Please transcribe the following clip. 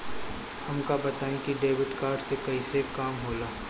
हमका बताई कि डेबिट कार्ड से कईसे काम होला?